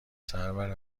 سرور